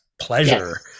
pleasure